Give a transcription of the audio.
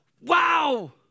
Wow